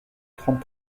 trente